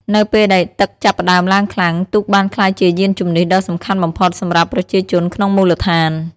នៅពេលដែលទឹកចាប់ផ្តើមឡើងខ្លាំង ទូកបានក្លាយជាយានជំនិះដ៏សំខាន់បំផុតសម្រាប់ប្រជាជនក្នុងមូលដ្ឋាន។